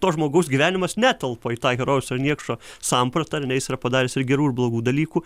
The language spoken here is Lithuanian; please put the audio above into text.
to žmogaus gyvenimas netelpa į tą herojaus ar niekšo sampratą ar ne jis yra padaręs ir gerų ir blogų dalykų